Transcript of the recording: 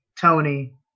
Tony